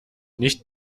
nicht